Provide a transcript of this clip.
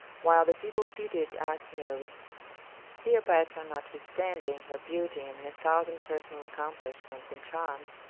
while the people pitied arsinoe, cleopatra, notwithstanding her beauty and her thousand personal accomplishments and charms,